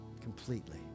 completely